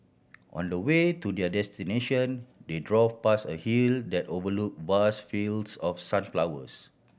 on the way to their destination they drove past a hill that overlook vast fields of sunflowers